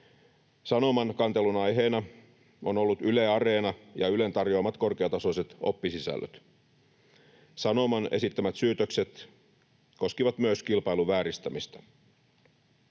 Sanoman kantelun aiheena on ollut Yle Areenan ja Ylen tarjoamat korkeatasoiset oppisisällöt. Sanoman esittämät syytökset koskivat myös kilpailun vääristämistä.